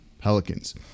Pelicans